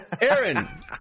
Aaron